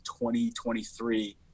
2023